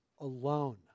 alone